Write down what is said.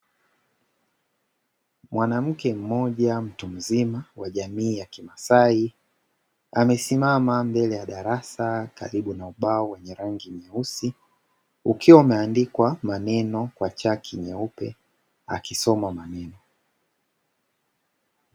Mwanamke mmoja mtu mzima wa jamii ya kimasai, amesimama mbele ya darasa karibu na ubao wenye rangi nyeusi, ukiwa umeandikwa maneno kwa chaki nyeupe akisoma maneno.